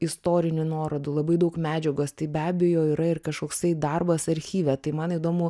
istorinių nuorodų labai daug medžiagos tai be abejo yra ir kažkoksai darbas archyve tai man įdomu